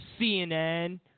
CNN